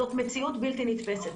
זאת מציאות בלתי נתפסת.